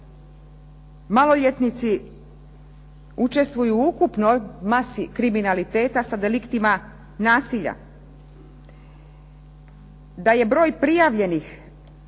maloljetnici učestvuju u ukupnoj masi kriminaliteta sa deliktima nasilja. Da je broj prijavljenih